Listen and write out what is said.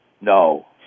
No